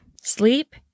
sleep